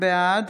בעד